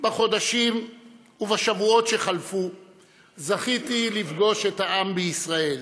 בחודשים ובשבועות שחלפו זכיתי לפגוש את העם בישראל